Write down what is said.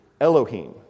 Elohim